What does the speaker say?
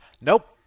Nope